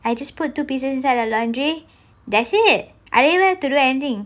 I just put two pieces inside the laundry that's it I don't even have to do anything